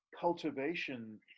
cultivation